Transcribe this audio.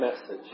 message